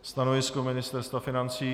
Stanovisko Ministerstva financí?